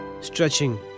stretching